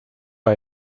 are